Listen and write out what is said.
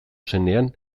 zenean